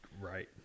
Right